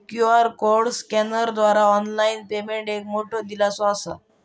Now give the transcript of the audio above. QR code स्कॅनरद्वारा online payment एक मोठो दिलासो असा